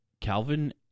Calvin